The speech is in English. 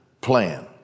plan